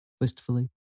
wistfully